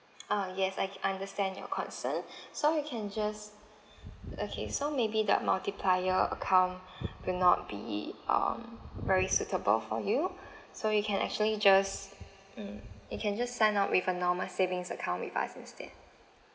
ah yes I ca~ I understand your concern so you can just okay so maybe the multiplier account will not be um very suitable for you so you can actually just mm you can just sign up with a normal savings account with us instead